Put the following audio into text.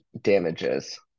damages